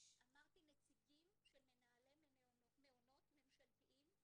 אמרתי נציגים של מנהלי מעונות ממשלתיים,